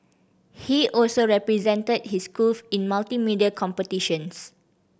he also represented his schools in multimedia competitions